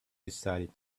decided